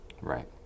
Right